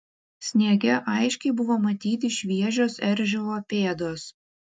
sniege aiškiai buvo matyti šviežios eržilo pėdos